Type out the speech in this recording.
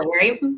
right